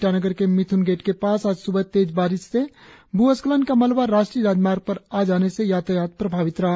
ईटानगर के मिथ्न गेट के पास आज स्बह तेज बारिश से भ्रस्खलन का मलवा राष्ट्रीय राजमार्ग पर आ जाने से यातायात प्रभावित रहा